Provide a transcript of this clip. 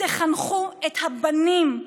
תחנכו את הבנים,